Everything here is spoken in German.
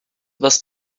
was